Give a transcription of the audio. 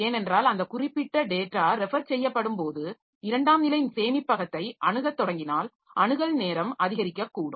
ஏனென்றால் அந்த குறிப்பிட்ட டேட்டா ரெஃபர் செய்யப்படும்போது இரண்டாம் நிலை சேமிப்பகத்தை அணுகத் தொடங்கினால் அணுகல் நேரம் அதிகரிக்கக்கூடும்